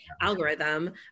algorithm